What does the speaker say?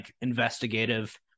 investigative